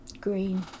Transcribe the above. Green